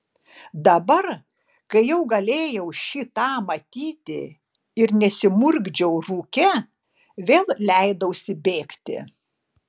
dabar kai jau galėjau šį tą matyti ir nesimurkdžiau rūke vėl leidausi bėgti